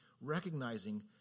recognizing